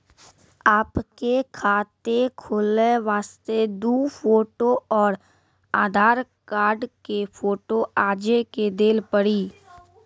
आपके खाते खोले वास्ते दु फोटो और आधार कार्ड के फोटो आजे के देल पड़ी?